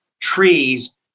trees